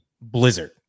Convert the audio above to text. blizzard